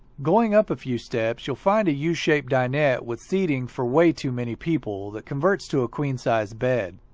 going up a few steps you'll find a yeah u-shaped dinette with seating for way too many people that converts to a queen-size bed.